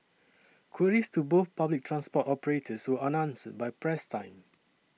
queries to both public transport operators were unanswered by press time